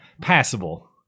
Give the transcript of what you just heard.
Passable